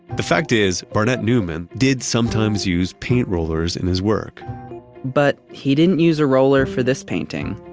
the fact is, barnett newman did sometimes use paint rollers in his work but he didn't use a roller for this painting.